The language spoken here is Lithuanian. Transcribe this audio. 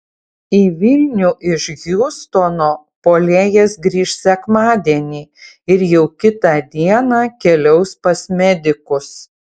į vilnių iš hjustono puolėjas grįš sekmadienį ir jau kitą dieną keliaus pas medikus